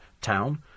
town